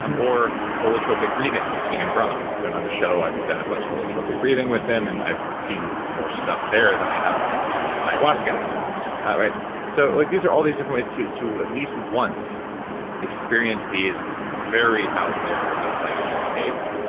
um or holotropic breathing with stan grof, who's been on the show i've done a bunch of holotropic breathing with him, and i've seen more stuff there than i have on ayahuasca so like these are all these different ways to to at least once experience these very out there outside your head states.